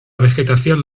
vegetación